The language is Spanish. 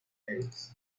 negros